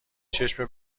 چشم